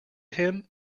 him